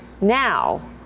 now